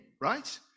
right